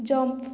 jump